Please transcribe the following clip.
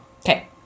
Okay